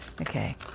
okay